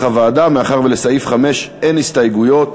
הוועדה מאחר שלסעיף 5 אין הסתייגויות.